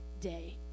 day